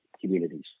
communities